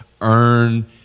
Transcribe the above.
earn